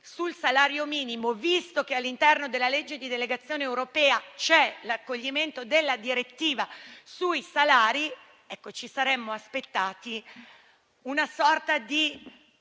tutti i Gruppi; visto che all'interno della legge di delegazione europea c'è l'accoglimento della direttiva sui salari, ci saremmo aspettati una sorta di